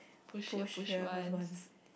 push here was once